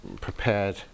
prepared